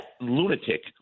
lunatic